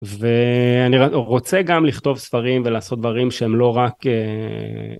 ואני רוצה גם לכתוב ספרים ולעשות דברים שהם לא רק...